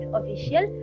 official